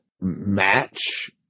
match